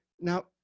now